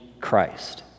Christ